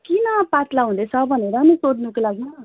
किन पत्ला हुँदैछ भनेर नि सोध्नुको लागि